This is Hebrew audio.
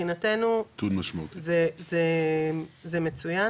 מבחינתנו זה מצוין